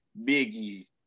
Biggie